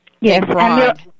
Yes